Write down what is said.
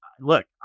look